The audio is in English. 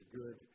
good